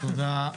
תודה.